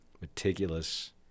meticulous